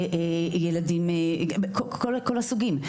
כל הסוגים.